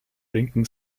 linken